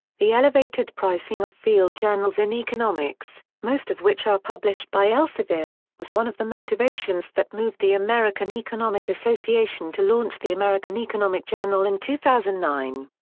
the elevated pricing of field journals in economics, most of which are published by elsevier, was one of the motivations that moved the american economic association to launch the american economic journal in two thousand and nine.